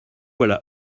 voilà